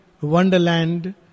wonderland